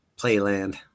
playland